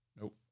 Nope